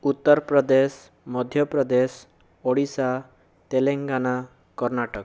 Uttar Pradesh Madhya Pradesh Odisha Telangana Karnataka